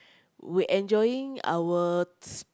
we enjoying our